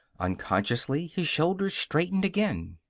unconsciously his shoulders straightened again.